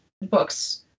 books